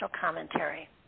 commentary